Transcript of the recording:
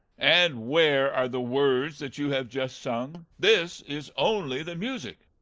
and where are the words that you have just sung? this is only the music.